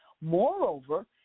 Moreover